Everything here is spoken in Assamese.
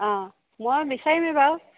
অ মই বিচাৰিমে বাৰু